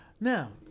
Now